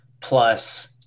plus